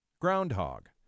groundhog